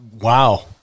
Wow